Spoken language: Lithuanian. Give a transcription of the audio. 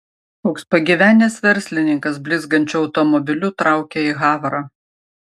koks pagyvenęs verslininkas blizgančiu automobiliu traukia į havrą